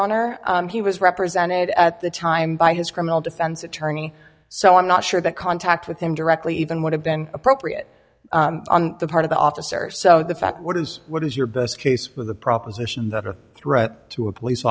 honor he was represented at the time by his criminal defense attorney so i'm not sure that contact with him directly even would have been appropriate on the part of the officer so the fact what is what is your best case for the proposition that a threat to a police